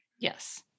Yes